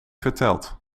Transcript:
verteld